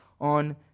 on